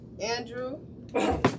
Andrew